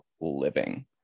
living